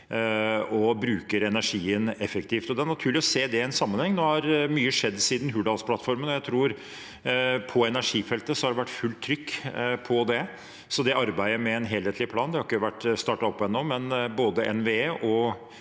og bruker energien effektivt. Det er naturlig å se det i en sammenheng. Mye har skjedd siden Hurdalsplattformen, og på energifeltet har det vært fullt trykk på det. Arbeidet med en helhetlig plan har ikke vært startet opp ennå, men både NVE og